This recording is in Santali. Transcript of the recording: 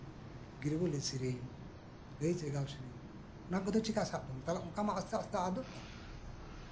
ᱜᱤᱨᱩ ᱵᱟᱞᱤ ᱥᱮᱨᱮᱧ ᱜᱟᱹᱭ ᱡᱟᱸᱜᱟᱣ ᱥᱮᱨᱮᱧ ᱚᱱᱠᱚᱢᱟ ᱟᱥᱛᱮ ᱟᱥᱛᱮ ᱟᱫᱚᱜ ᱛᱟᱵᱚᱱ